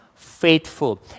faithful